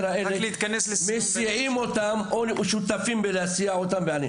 האלה נוסעים או בכמה שותפים בהסעתם.